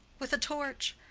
with a torch?